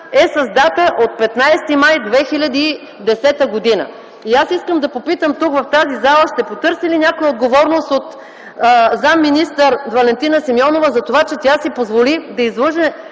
е с дата от 15 май 2010 г. Аз искам да попитам, тук в тази зала, ще потърси ли някой отговорност от заместник-министър Валентина Симеонова за това, че тя си позволи да излъже